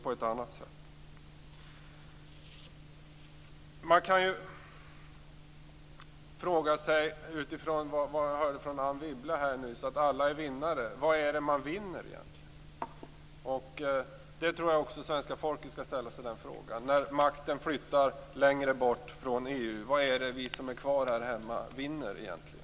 Utifrån vad jag hörde Anne Wibble säga nyss om att alla är vinnare kan man fråga sig vad det är man vinner egentligen. Den frågan tror jag också att svenska folket skall ställa sig. När makten flyttar längre bort från EU, vad är det då som vi som är kvar här hemma vinner egentligen?